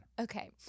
Okay